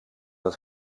het